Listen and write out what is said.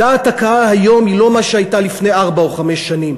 דעת הקהל היום היא לא מה שהיא הייתה לפני ארבע או חמש שנים,